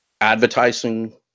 Advertising